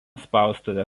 spaustuvė